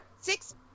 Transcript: six